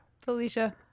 Felicia